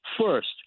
First